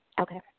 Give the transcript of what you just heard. Okay